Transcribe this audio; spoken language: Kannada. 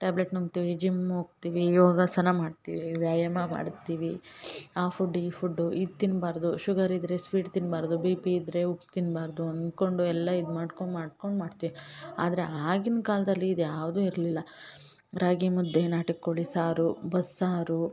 ಟ್ಯಾಬ್ಲೆಟ್ ನುಂಗ್ತೀವಿ ಜಿಮ್ ಹೋಗ್ತೀವಿ ಯೋಗಾಸನ ಮಾಡ್ತೀವಿ ವ್ಯಾಯಾಮ ಮಾಡ್ತೀವಿ ಆ ಫುಡ್ ಈ ಫುಡ್ಡು ಇದು ತಿನ್ನಬಾರ್ದು ಶುಗರ್ ಇದ್ದರೆ ಸ್ವೀಟ್ ತಿನ್ನಬಾರ್ದು ಬಿ ಪಿ ಇದ್ದರೆ ಉಪ್ಪು ತಿನ್ನಬಾರ್ದು ಅಂದ್ಕೊಂಡು ಎಲ್ಲ ಇದು ಮಾಡ್ಕೊಂಡ್ ಮಾಡ್ಕೊಂಡು ಮಾಡ್ತೀವಿ ಆದರೆ ಆಗಿನ ಕಾಲದಲ್ಲಿ ಇದ್ಯಾವುದೂ ಇರಲಿಲ್ಲ ರಾಗಿಮುದ್ದೆ ನಾಟಿಕೋಳಿ ಸಾರು ಬಸ್ಸಾರು